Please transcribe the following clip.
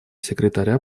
секретаря